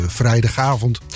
vrijdagavond